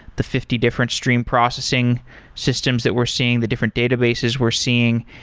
the fifty different stream processing systems that we're seeing, the different databases we're seeing,